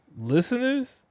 listeners